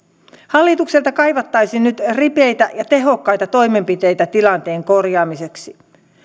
hallitukselta kaivattaisiin nyt ripeitä ja tehokkaita toimenpiteitä tilanteen korjaamiseksi